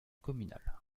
communal